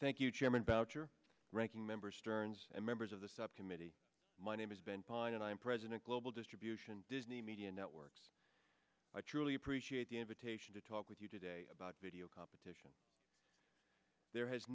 thank you chairman boucher ranking member stearns and members of the subcommittee my name is ben pyne and i'm president global distribution disney media networks i truly appreciate the invitation to talk with you today about video competition there has